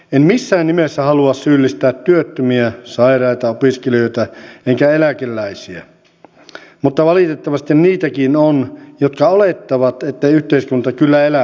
en missään nimessä halua syyllistää työttömiä sairaita opiskelijoita enkä eläkeläisiä mutta valitettavasti niitäkin on jotka olettavat että yhteiskunta kyllä elättää